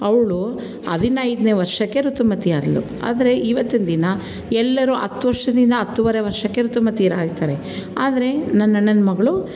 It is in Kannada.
ಅವಳು ಹದಿನೈದನೇ ವರ್ಷಕ್ಕೆ ಋತುಮತಿಯಾದಳು ಆದರೆ ಇವತ್ತಿನ ದಿನ ಎಲ್ಲರೂ ಹತ್ತು ವರ್ಷದಿಂದ ಹತ್ತುವರೆ ವರ್ಷಕ್ಕೆ ಋತುಮತಿಯರಾಗ್ತಾರೆ ಆದರೆ ನನ್ನಣ್ಣನ ಮಗಳು